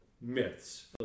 myths